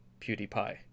PewDiePie